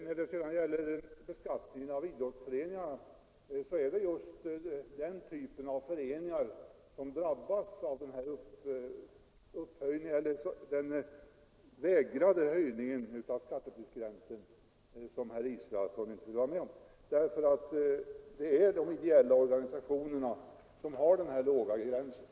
När det gäller beskattningen av idrottsföreningarna så är det just den typen av föreningar som drabbas om man, som herr Israelsson vill, vägrar att höja skattepliktsgränsen. Det är nämligen de ideella organisationerna som har den låga gränsen.